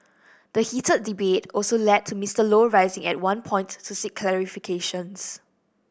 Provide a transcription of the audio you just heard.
the heated debate also led to Mister Low rising at one point to seek clarifications